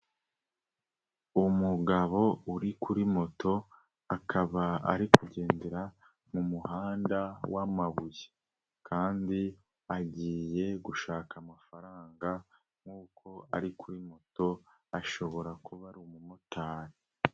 Umugabo uri kuri moto, akaba ari kugendera mu muhanda w'amabuye kandi agiye gushaka amafaranga nkuko ari kuri moto ashobora kuba ari umumotari.